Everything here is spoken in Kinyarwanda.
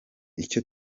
icyo